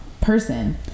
person